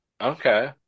Okay